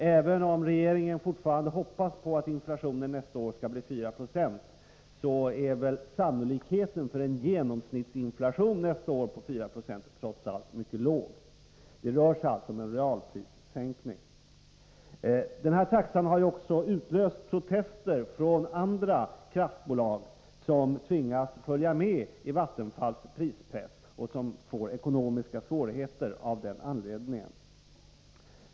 Även om regeringen fortfarande hoppas på att inflationen nästa år skall bli 4 96, är sannolikheten för en genomsnittsinflation nästa år på 4 0 trots allt mycket liten. Det rör sig alltså om en realprissänkning. Den här taxan har också utlöst protester från andra kraftbolag, som tvingas följa med i Vattenfalls prispress och som får ekonomiska svårigheter av den anledningen.